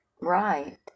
Right